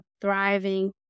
thriving